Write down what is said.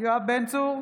יואב בן צור,